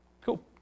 Cool